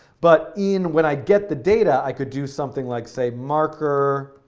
but even when i get the data, i could do something like say marker